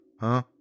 huh